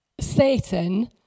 Satan